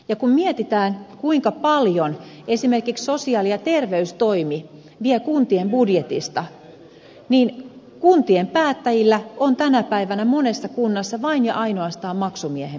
ja kun mietitään kuinka paljon esimerkiksi sosiaali ja terveystoimi vie kuntien budjetista niin kuntien päättäjillä on tänä päivänä monessa kunnassa vain ja ainoastaan maksumiehen paikka